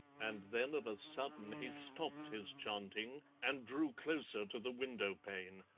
and then of a sudden he stopped his chanting and drew closer to the window-pane.